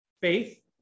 faith